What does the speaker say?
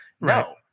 No